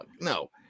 No